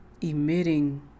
emitting